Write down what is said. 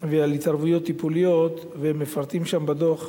ועל התערבויות טיפוליות, והם מפרטים שם בדוח,